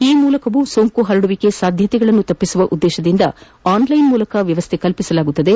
ಈ ಮೂಲಕವೂ ಸೋಂಕು ಹರಡುವಿಕೆ ಸಾಧ್ಯತೆಗಳನ್ನು ತಪ್ಪಿಸುವ ಉದ್ದೇತದಿಂದ ಆನ್ಲೈನ್ ಮೂಲಕವೇ ವ್ಯವಸ್ಥೆ ಕಲ್ಪಿಸಲಾಗುವುದು